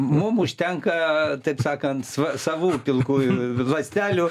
mum užtenka taip sakant sa savų pilkųjų ląstelių